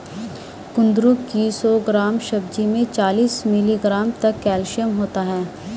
कुंदरू की सौ ग्राम सब्जी में चालीस मिलीग्राम तक कैल्शियम होता है